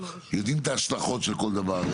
יודעים את ההשלכות של כל דבר.